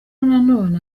nanone